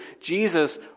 Jesus